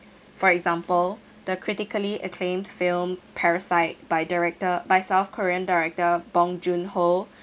for example the critically acclaimed film parasite by director by south korean director bong joon ho